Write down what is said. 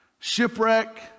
Shipwreck